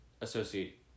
associate